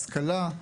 השכלה,